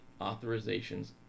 authorizations